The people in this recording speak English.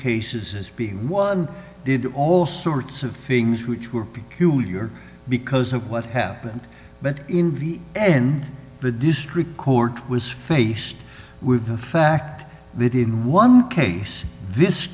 cases as being one did all sorts of things which were peculiar because of what happened but in v n the district court was faced with the fact that in one case this